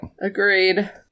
Agreed